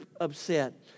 upset